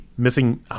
Missing